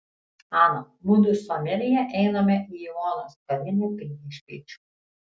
ana mudu su amelija einame į ivonos kavinę priešpiečių